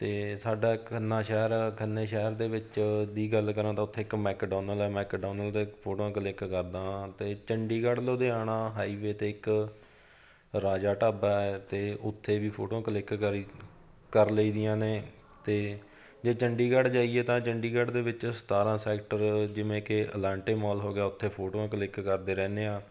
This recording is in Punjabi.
ਅਤੇ ਸਾਡਾ ਇੱਕ ਖੰਨਾ ਸ਼ਹਿਰ ਖੰਨੇ ਸ਼ਹਿਰ ਦੇ ਵਿੱਚ ਦੀ ਗੱਲ ਕਰਾਂ ਤਾਂ ਉੱਥੇ ਇੱਕ ਮੈਕਡੋਨਲ ਹੈ ਮੈਕਡੋਨਲ ਅਤੇ ਫੋਟੋਆਂ ਕਲਿੱਕ ਕਰਦਾ ਹਾਂ ਅਤੇ ਚੰਡੀਗੜ੍ਹ ਲੁਧਿਆਣਾ ਹਾਈਵੇ 'ਤੇ ਇੱਕ ਰਾਜਾ ਢਾਬਾ ਹੈ ਅਤੇ ਉੱਥੇ ਵੀ ਫੋਟੋਆਂ ਕਲਿੱਕ ਕਰੀ ਕਰ ਲਈਦੀਆਂ ਨੇ ਅਤੇ ਜੇ ਚੰਡੀਗੜ੍ਹ ਜਾਈਏ ਤਾਂ ਚੰਡੀਗੜ੍ਹ ਦੇ ਵਿੱਚ ਸਤਾਰ੍ਹਾਂ ਸੈਕਟਰ ਜਿਵੇਂ ਕਿ ਅਲਾਂਟੇ ਮੌਲ ਹੋ ਗਿਆ ਉੱਥੇ ਫੋਟੋਆਂ ਕਲਿੱਕ ਕਰਦੇ ਰਹਿੰਦੇ ਹਾਂ